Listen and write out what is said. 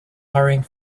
hurrying